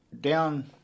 down